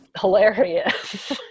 hilarious